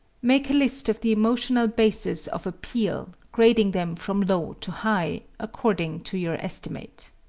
make a list of the emotional bases of appeal, grading them from low to high, according to your estimate.